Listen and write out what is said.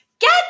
Get